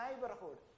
neighborhood